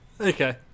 okay